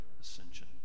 ascension